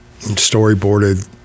storyboarded